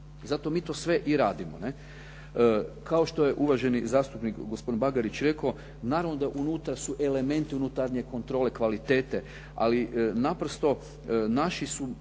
Zato mi to sve i radimo, ne? Kao što je uvaženi zastupnik gospodin Bagarić rekao naravno da unutra su elementi unutarnje kontrole kvalitete. Ali naprosto naši su